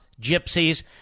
gypsies